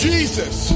Jesus